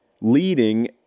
leading